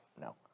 No